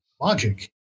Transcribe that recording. logic